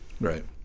Right